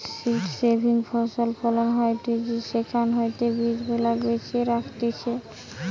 seed saving ফসল ফলন হয়টে সেখান হইতে বীজ গুলা বেছে রাখতিছে